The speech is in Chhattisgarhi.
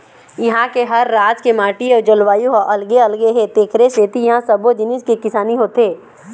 इहां के हर राज के माटी अउ जलवायु ह अलगे अलगे हे तेखरे सेती इहां सब्बो जिनिस के किसानी होथे